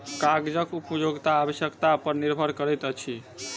कागजक उपयोगिता आवश्यकता पर निर्भर करैत अछि